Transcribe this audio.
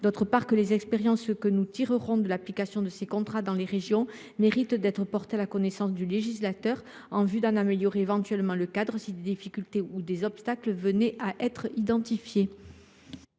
d’autre part, que les expériences que nous tirerons de l’application de ces contrats dans les régions méritent d’être portées à la connaissance du législateur, en vue d’en améliorer éventuellement le cadre si des difficultés ou des obstacles venaient à être identifiés.